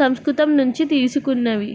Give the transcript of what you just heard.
సంస్కృతం నుంచి తీసుకున్నవి